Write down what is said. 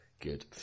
Good